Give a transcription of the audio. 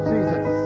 Jesus